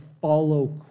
follow